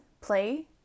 play